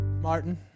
martin